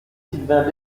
sylvain